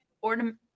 ornament